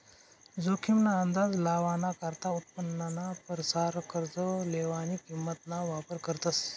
जोखीम ना अंदाज लावाना करता उत्पन्नाना परसार कर्ज लेवानी किंमत ना वापर करतस